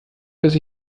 bis